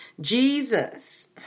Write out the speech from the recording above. Jesus